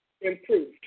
improved